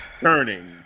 turning